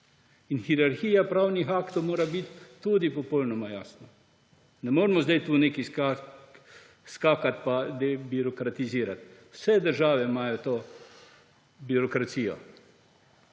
In hierarhija pravnih aktov mora biti tudi popolnoma jasna. Ne moremo zdaj tu skakati pa debirokratizirati. Vse države imajo to birokracijo.